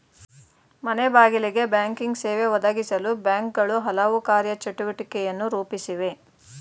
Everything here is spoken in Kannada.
ಮನೆಬಾಗಿಲಿಗೆ ಬ್ಯಾಂಕಿಂಗ್ ಸೇವೆ ಒದಗಿಸಲು ಬ್ಯಾಂಕ್ಗಳು ಹಲವು ಕಾರ್ಯ ಚಟುವಟಿಕೆಯನ್ನು ರೂಪಿಸಿವೆ